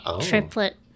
triplet